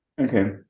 okay